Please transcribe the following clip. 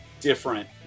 different